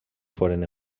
foren